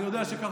אני יודע שכך.